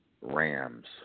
Rams